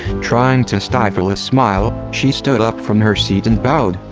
trying to stifle a smile, she stood up from her seat and bowwed,